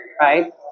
right